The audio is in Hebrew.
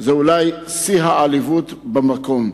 הם אולי שיא העליבות במקום.